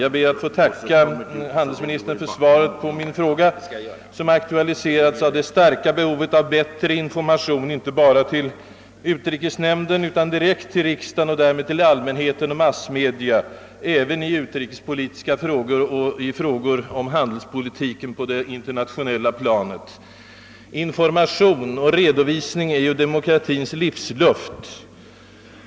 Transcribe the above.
Jag ber att få tacka handelsministern för svaret på min fråga, som aktualiserats av det starka behovet av bättre information, inte bara till utrikesnämn den utan också direkt till riksdagen och därmed till allmänheten och massmedia, i utrikespolitiska frågor och i spörsmål om handelspolitiken på det internationella planet. Information och redovisning är ju något av demokratins livsluft.